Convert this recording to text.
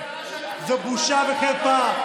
זו בושה וחרפה.